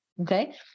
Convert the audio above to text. okay